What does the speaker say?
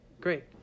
great